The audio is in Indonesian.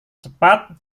cepat